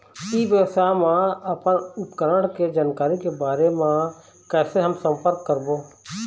ई व्यवसाय मा अपन उपकरण के जानकारी के बारे मा कैसे हम संपर्क करवो?